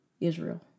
Israel